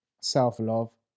self-love